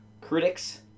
Critics